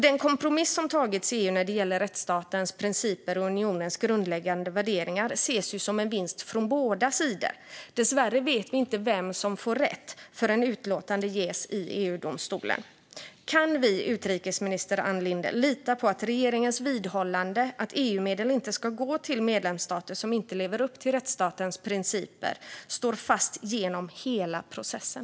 Den kompromiss man enats om i EU när det gäller rättsstatens principer och unionens grundläggande värderingar ses ju som en vinst från båda sidor. Dessvärre vet vi inte vem som får rätt förrän utlåtande ges i EU-domstolen. Kan vi, utrikesminister Ann Linde, lita på att regeringens vidhållande av att EU-medel inte ska gå till medlemsstater som inte lever upp till rättsstatens principer står fast genom hela processen?